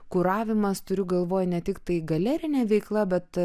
kuravimas turiu galvoj ne tiktai galerinė veikla bet